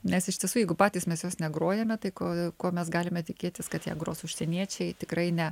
nes iš tiesų jeigu patys mes jos negrojame tai ko ko mes galime tikėtis kad ją gros užsieniečiai tikrai ne